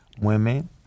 women